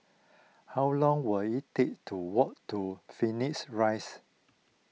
how long will it take to walk to Phoenix Rise